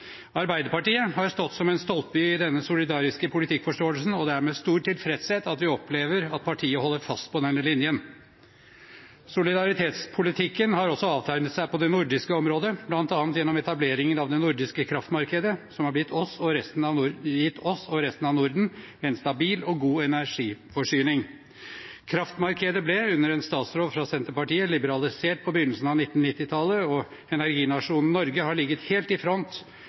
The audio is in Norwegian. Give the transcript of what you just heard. Arbeiderpartiet har stått som en stolpe i denne solidariske politikkforståelsen, og det er med stor tilfredshet at vi opplever at partiet holder fast på denne linjen. Solidaritetspolitikken har også avtegnet seg på det nordiske området, bl.a. gjennom etableringen av det nordiske kraftmarkedet, som har gitt oss og resten av Norden en stabil og god energiforsyning. Kraftmarkedet ble, under en statsråd fra Senterpartiet, liberalisert på begynnelsen av 1990-tallet, og energinasjonen Norge har ligget helt i front